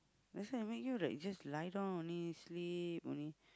that's why I make you like just lie down only sleep only